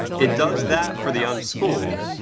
it does that for the unschooled,